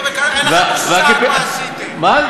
עוד פעם השקר הזה.